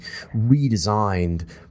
redesigned